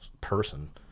person